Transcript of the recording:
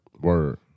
Word